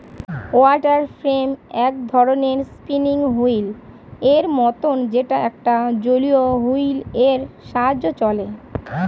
water frame এক ধরণের spinning wheel এর মতন যেটা একটা জলীয় হুইল এর সাহায্যে চলে